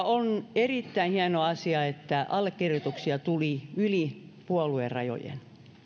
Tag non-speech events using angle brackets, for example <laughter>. <unintelligible> on erittäin hieno asia että allekirjoituksia tuli yli puoluerajojen